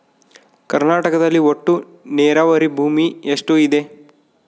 ಕರ್ನಾಟಕದಲ್ಲಿ ಒಟ್ಟು ನೇರಾವರಿ ಭೂಮಿ ಎಷ್ಟು ಇದೆ?